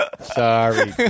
Sorry